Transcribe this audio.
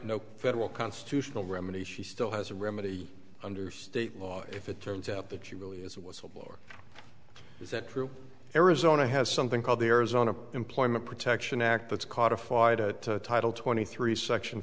no federal constitutional remedy she still has a remedy under state law if it turns out that she really is a whistleblower is that true arizona has something called the arizona employment protection act that's codified to title twenty three section